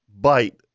bite